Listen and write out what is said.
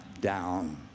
down